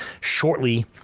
shortly